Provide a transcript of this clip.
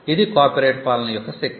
ఇది కాపీరైట్ పాలన యొక్క శక్తి